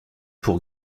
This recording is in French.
pour